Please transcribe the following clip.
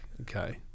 Okay